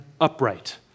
upright